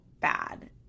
bad